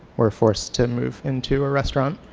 were forced to move into a restaurant.